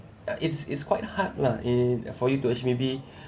ya it's it's quite hard lah in for you to us maybe